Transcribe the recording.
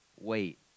Wait